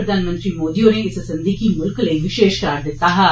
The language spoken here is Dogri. प्रधानमंत्री मोदी होरें इस संधि गी म्ल्ख लेई विशेश करार दिता हा